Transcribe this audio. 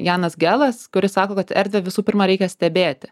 janas gelas kuris sako kad erdvę visų pirma reikia stebėti